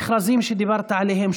למכרזים שדיברת עליהם.